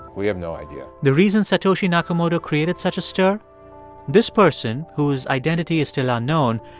we have no idea the reason satoshi nakamoto created such a stir this person, whose identity is still unknown,